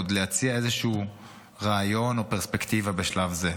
או עוד להציע איזשהו רעיון או פרספקטיבה בשלב זה.